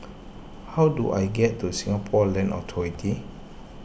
how do I get to Singapore Land Authority